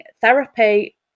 therapy